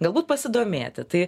galbūt pasidomėti tai